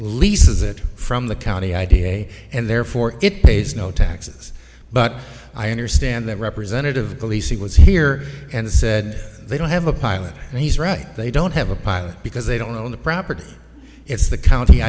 leases it from the county idea and therefore it pays no taxes but i understand that representative gleason was here and said they don't have a pilot and he's right they don't have a pilot because they don't own the property it's the county